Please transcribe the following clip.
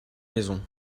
maison